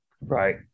right